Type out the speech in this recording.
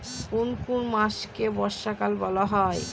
কোন কোন মাসকে বর্ষাকাল বলা হয়?